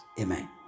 Amen